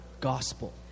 gospel